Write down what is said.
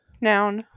Noun